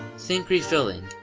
think refilling,